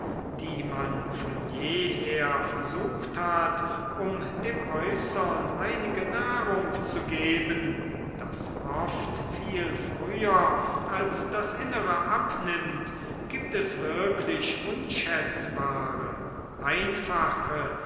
die man von jeher versucht hat um dem äußeren einige nahrung zu geben das oft viel früher als das innere abnimmt gibt es wirklich unschätzbare einfache